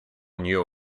knew